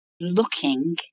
looking